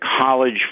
college